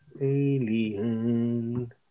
Alien